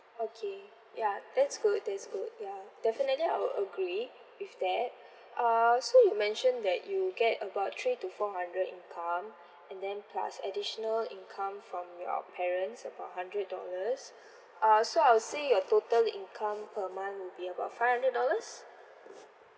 okay ya that's good that's good ya definitely I would agree with that uh so you mentioned that you get about three to four hundred income and then plus additional income from your parents about hundred dollars uh so I would say your total income per month would be about five hundred dollars